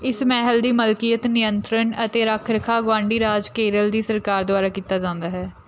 ਇਸ ਮਹਿਲ ਦੀ ਮਲਕੀਅਤ ਨਿਯੰਤਰਣ ਅਤੇ ਰੱਖ ਰਖਾਵ ਗੁਆਂਢੀ ਰਾਜ ਕੇਰਲ ਦੀ ਸਰਕਾਰ ਦੁਆਰਾ ਕੀਤਾ ਜਾਂਦਾ ਹੈ